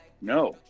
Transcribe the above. No